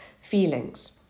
feelings